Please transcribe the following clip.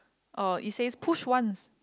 orh it says push one